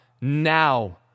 now